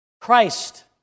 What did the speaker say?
Christ